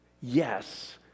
yes